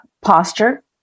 Posture